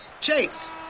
Chase